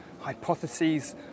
hypotheses